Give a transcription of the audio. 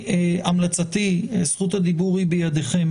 המלצתי ואני חושב זכות הדיבור היא בידיכם